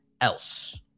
else